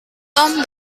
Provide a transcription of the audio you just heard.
tom